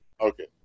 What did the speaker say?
Okay